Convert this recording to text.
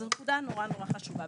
זו נקודה חשובה מאוד.